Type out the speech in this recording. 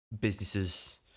businesses